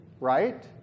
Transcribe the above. right